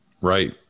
Right